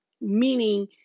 meaning